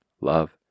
love